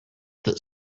that